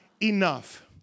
Enough